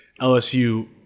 LSU